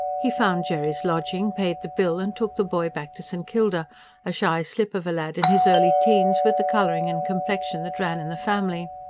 he found jerry's lodging, paid the bill, and took the boy back to st. kilda a shy slip of a lad in his early teens, with the colouring and complexion that ran in the family.